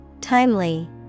Timely